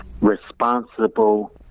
responsible